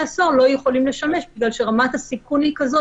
הסוהר לא יכולים לשמש בגלל שרמת הסיכון היא כזאת